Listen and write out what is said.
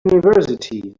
university